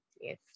Yes